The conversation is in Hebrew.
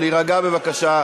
ולאחר מכן נעבור להצבעה.